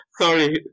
Sorry